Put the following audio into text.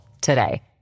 today